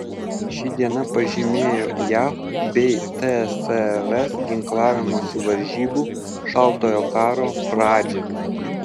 ši diena pažymėjo jav bei tsrs ginklavimosi varžybų šaltojo karo pradžią